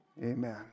Amen